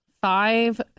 Five